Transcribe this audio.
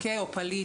פליט,